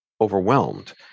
overwhelmed